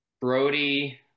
Brody